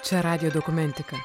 čia radijo dokumentika